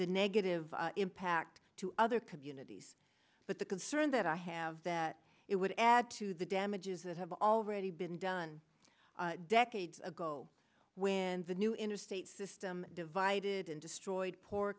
the negative impact to other communities but the concern that i have that it would add to the damages that have already been done decades ago when the new interstate system divided and destroyed poor